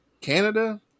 Canada